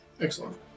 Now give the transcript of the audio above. excellent